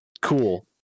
Cool